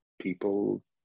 people